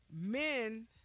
men